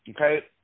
okay